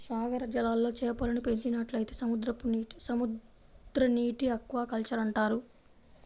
సాగర జలాల్లో చేపలను పెంచినట్లయితే సముద్రనీటి ఆక్వాకల్చర్ అంటారు